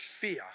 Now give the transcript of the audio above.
fear